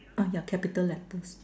ah ya capital letters